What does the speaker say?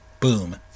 boom